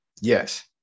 Yes